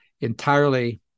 entirely